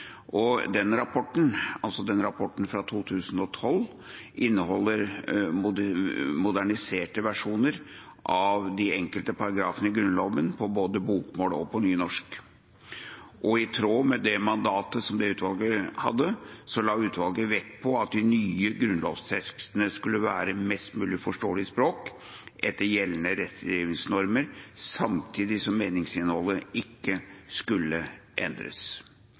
rapporten fra 2012 inneholder moderniserte versjoner av de enkelte paragrafene i Grunnloven på både bokmål og nynorsk. I tråd med det mandatet som utvalget hadde, la utvalget vekt på at de nye grunnlovstekstene skulle være på et mest mulig forståelig språk etter gjeldende rettskrivingsnormer, samtidig som meningsinnholdet ikke skulle endres.